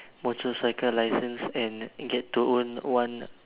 motorcycle license and get to own one